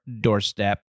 doorstep